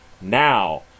Now